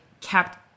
kept